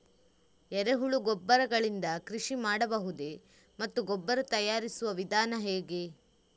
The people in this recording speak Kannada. ಎರೆಹುಳು ಗೊಬ್ಬರ ಗಳಿಂದ ಕೃಷಿ ಮಾಡಬಹುದೇ ಮತ್ತು ಗೊಬ್ಬರ ತಯಾರಿಸುವ ವಿಧಾನ ಹೇಗೆ?